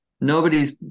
Nobody's